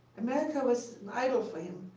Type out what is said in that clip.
america was an idol for him.